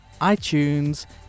itunes